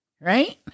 right